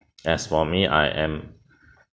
as for me I am